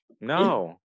No